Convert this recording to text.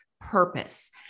purpose